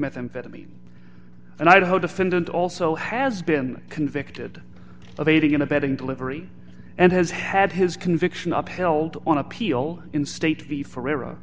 methamphetamine and idaho defendant also has been convicted of aiding and abetting delivery and has had his conviction upheld on appeal in state the forever